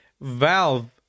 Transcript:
valve